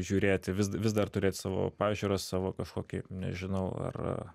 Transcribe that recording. žiūrėti vis vis dar turėt savo pažiūras savo kažkokį nežinau ar ar